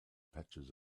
patches